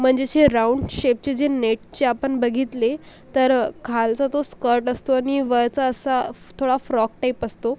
म्हणजे असे राऊंड शेपचे जे नेटचे आपण बघितले तर खालचा तो स्कर्ट असतो आणि वरचा असा फ् थोडा फ्रॉक टाईप असतो